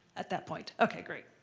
at that point. ok, great.